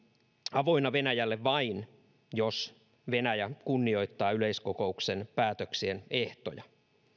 avoinna venäjälle vain jos venäjä kunnioittaa yleiskokouksen päätöksien ehtoja